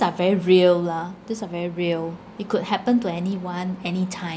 are very real lah these are very real it could happen to anyone anytime